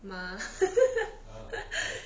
吗